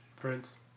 Prince